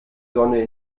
sonne